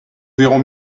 verrons